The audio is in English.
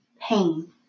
pain